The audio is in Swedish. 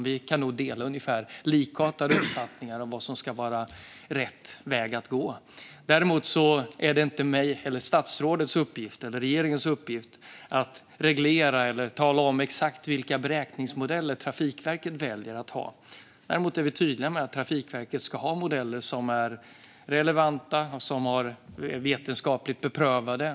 Vi har nog ungefär likartade uppfattningar om vad som är rätt väg att gå. Däremot är det inte statsrådets eller regeringens uppgift att reglera eller tala om exakt vilka beräkningsmodeller Trafikverket ska välja att ha. Vi är dock tydliga med att Trafikverket ska ha modeller som är relevanta och vetenskapligt beprövade.